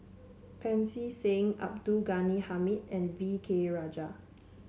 Pancy Seng Abdul Ghani Hamid and V K Rajah